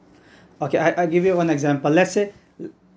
okay I I'll give you one example let's say